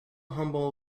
humble